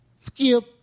skip